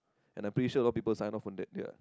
and I'm pretty sure a lot of people sign up for that ya